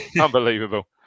Unbelievable